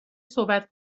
صحبت